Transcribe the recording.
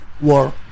war